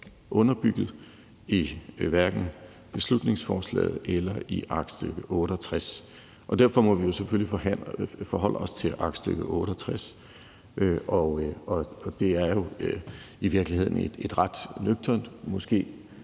underbygget i hverken beslutningsforslaget eller i aktstykke 68, og derfor må vi jo selvfølgelig forholde os til aktstykke 68, og det er jo i virkeligheden et ret nøgternt